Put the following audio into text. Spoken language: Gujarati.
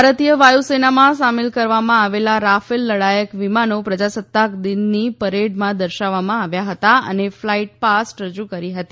ભારતીય વાયુસેનામાં સામેલ કરવામાં આવેલા રાફેલ લડાયક વિમાનો પ્રજાસત્તાક દિનની પરેડમાં દર્શાવવામાં આવ્યા હતા અને ફ્લાયપાસ્ટ રજુ કરી હતી